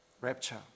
rapture